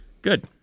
Good